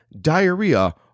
diarrhea